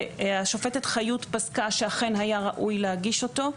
והשופטת חיות פסקה שאכן היה ראוי להגיש אותו,